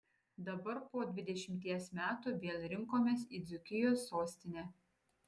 dabar po dvidešimties metų vėl rinkomės į dzūkijos sostinę